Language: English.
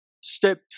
step